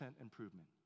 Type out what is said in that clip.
improvement